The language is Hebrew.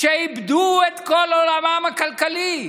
שאיבדו את כל עולמם הכלכלי.